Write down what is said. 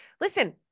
listen